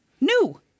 New